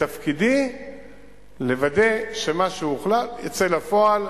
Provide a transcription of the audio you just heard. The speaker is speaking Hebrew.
ותפקידי לוודא שמה שהוחלט יצא לפועל,